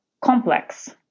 complex